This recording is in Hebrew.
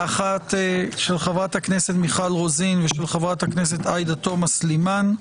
האחת של חברת הכנסת מיכל רוזין ושל חברת הכנסת עאידה תומא סלימאן,